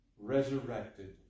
Resurrected